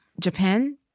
Japan